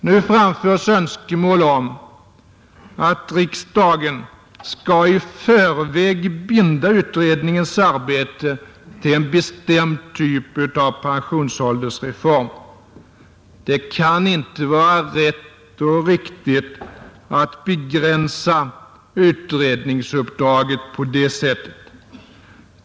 Nu framförs önskemål om att riksdagen skall i förväg binda utredningens arbete till en bestämd typ av pensionsåldersreform. Det kan inte vara rätt och riktigt att begränsa utredningsuppdraget på det sättet.